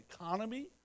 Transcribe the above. economy